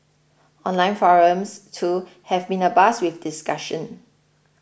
online forums too have been abuzz with discussion